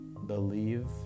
believe